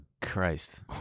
Christ